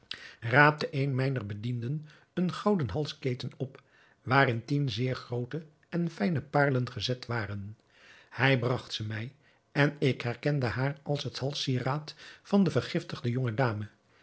raapte een mijner bedienden een gouden halsketen op waarin tien zeer groote en fijne paarlen gezet waren hij bragt ze mij en ik herkende haar als het halssieraad van de vergiftigde